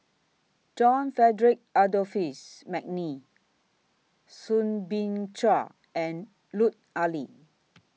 John Frederick Adolphus Mcnair Soo Bin Chua and Lut Ali